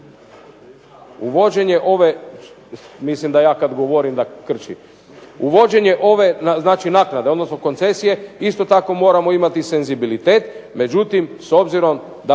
cijele zajednice. Prema tome i uvođenje ove naknade, odnosno koncesije, isto tako moramo imati senzibilitet, međutim s obzirom da